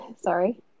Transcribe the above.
sorry